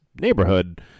neighborhood